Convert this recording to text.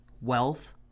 wealth